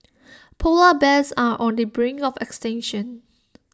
Polar Bears are on the brink of extinction